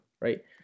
right